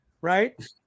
Right